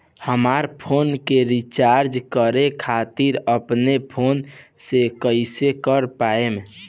हमार फोन के रीचार्ज करे खातिर अपने फोन से कैसे कर पाएम?